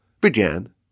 began